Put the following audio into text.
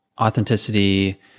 authenticity